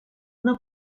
una